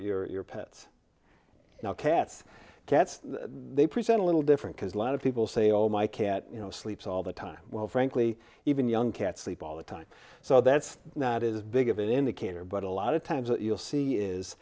for your pets now cats cats they present a little different because a lot of people say oh my cat you know sleeps all the time well frankly even young cats sleep all the time so that's not as big of an indicator but a lot of times that you'll see is